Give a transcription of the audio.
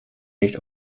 nicht